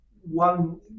one